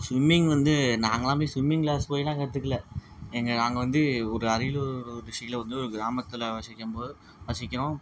swimming வந்து நாங்கெல்லாமே swimming class போயிலாம் கத்துக்கல எங்கள் நாங்கள் வந்து ஒரு அரியலூர் டிஸ்ட்ரிக்கில் வந்து ஒரு கிராமத்தில் வசிக்கும் போது வசிக்கிறோம்